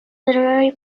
literary